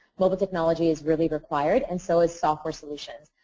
mobile technology is really required and so as software solutions.